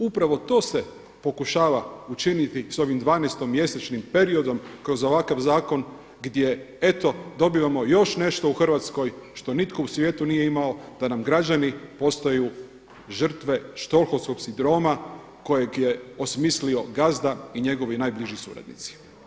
Upravo to se pokušava učiniti sa ovim 12.-to mjesečnim periodom kroz ovakav zakon gdje eto dobivamo još nešto u Hrvatskoj što nitko u svijetu nije imao da nam građani postaju žrtve stockhlomskog sindroma kojeg je osmislio gazda i njegovi najbliži suradnici.